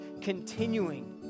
continuing